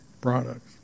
products